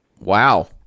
Wow